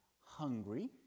hungry